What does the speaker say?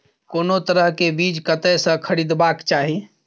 कोनो तरह के बीज कतय स खरीदबाक चाही?